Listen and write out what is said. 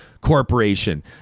Corporation